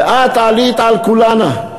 ואת עלית על כולנה,